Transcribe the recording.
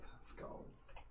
skulls